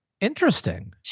Interesting